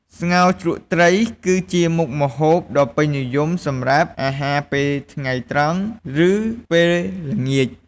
ស្ងោរជ្រក់ត្រី គឺជាមុខម្ហូបដ៏ពេញនិយមសម្រាប់អាហារពេលថ្ងៃត្រង់ ឬពេលល្ងាច។